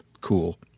cool